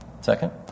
Second